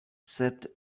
said